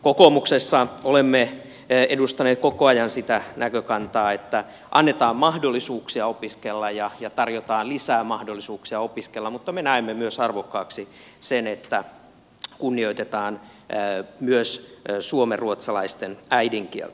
kokoomuksessa olemme edustaneet koko ajan sitä näkökantaa että annetaan mahdollisuuksia opiskella ja tarjotaan lisää mahdollisuuksia opiskella mutta me näemme myös arvokkaaksi sen että kunnioitetaan myös suomenruotsalaisten äidinkieltä